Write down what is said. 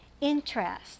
interest